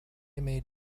made